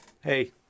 hey